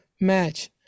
match